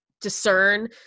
discern